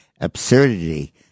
absurdity